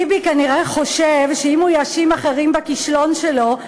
ביבי כנראה חושב שאם הוא יאשים אחרים בכישלון שלו,